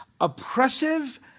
oppressive